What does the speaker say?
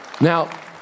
Now